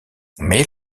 mais